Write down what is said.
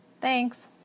Thanks